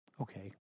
Okay